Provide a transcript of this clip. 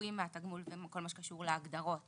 לניכויים מהתגמול ולכל מה שקשור להגדרות